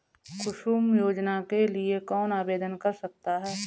कुसुम योजना के लिए कौन आवेदन कर सकता है?